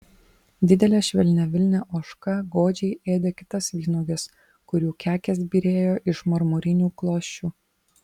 didelė švelniavilnė ožka godžiai ėdė kitas vynuoges kurių kekės byrėjo iš marmurinių klosčių